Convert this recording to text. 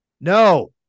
no